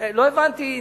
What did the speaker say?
לא הבנתי,